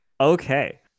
Okay